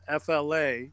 FLA